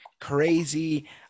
crazy